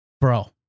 bro